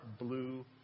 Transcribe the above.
blue